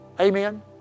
Amen